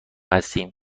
هستیم